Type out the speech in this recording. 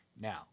Now